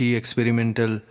experimental